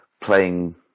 playing